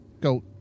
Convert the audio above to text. Go